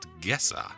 guesser